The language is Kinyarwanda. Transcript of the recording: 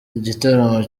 gitaramo